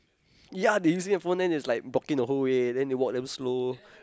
ya they using the phone then it's like blocking the whole way then they walk damn slow